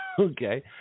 okay